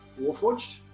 Warforged